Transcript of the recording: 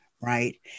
right